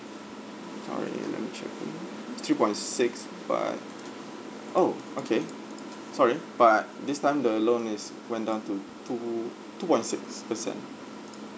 sorry ah let me check ah it's three point six but oh okay sorry but this time the loan is went down to two two point six percent